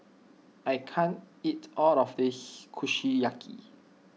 I can't eat all of this Kushiyaki